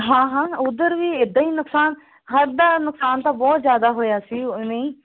ਹਾਂ ਹਾਂ ਉੱਧਰ ਵੀ ਇੱਦਾਂ ਹੀ ਨੁਕਸਾਨ ਹੜ ਦਾ ਨੁਕਸਾਨ ਤਾਂ ਬਹੁਤ ਜ਼ਿਆਦਾ ਹੋਇਆ ਸੀ ਨਹੀਂ